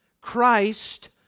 Christ